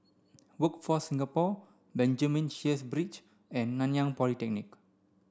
Workforce Singapore Benjamin Sheares Bridge and Nanyang Polytechnic